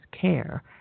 care